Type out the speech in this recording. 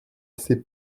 assez